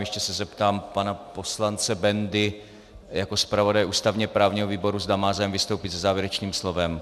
Ještě se zeptám pana poslance Bendy jako zpravodaje ústavněprávního výboru, zda má zájem vystoupit se závěrečným slovem.